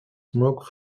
smoke